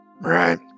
Right